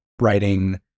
writing